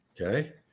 Okay